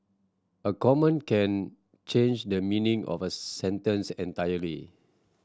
a comma can change the meaning of a sentence entirely